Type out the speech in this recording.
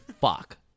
fuck